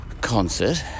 concert